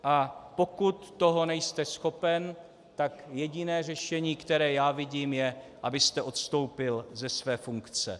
A pokud toho nejste schopen, tak jediné řešení, které já vidím, je, abyste odstoupil ze své funkce.